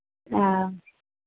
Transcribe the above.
हँ